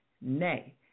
Nay